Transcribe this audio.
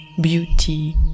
beauty